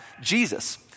Jesus